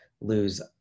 lose